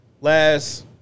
last